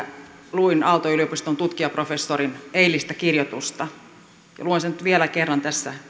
luin aalto yliopiston tutkijaprofessorin eilistä kirjoitusta luen sen nyt vielä kerran tässä